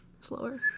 slower